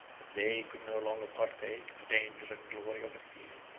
they could no longer partake the danger and glory of the field.